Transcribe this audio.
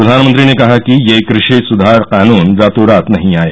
प्रधानमंत्री ने कहा कि ये कृषि सुधार कानून रातों रात नहीं आए